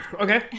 Okay